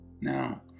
Now